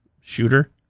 Shooter